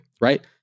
right